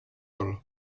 holl